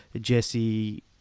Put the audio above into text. Jesse